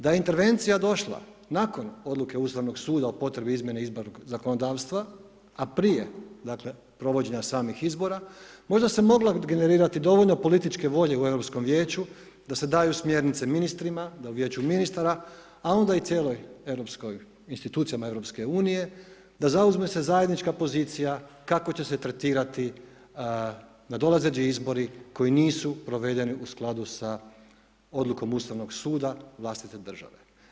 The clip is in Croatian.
Da je intervencija došla nakon odluke Ustavnog suda o potrebi izmjene izbornog zakonodavstva, a prije dakle provođenja samih izbora možda se moglo generirati dovoljno političke volje u Europskom vijeću da se daju smjernice ministrima da u Vijeću ministara, a onda i cijeloj europskoj, institucija Europske unije da zauzme se zajednička pozicija kako će se tretirati nadolazeći izbori koji nisu provedeni u skladu s odlukom Ustavnog suda vlastite države.